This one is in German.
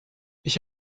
ich